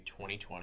2020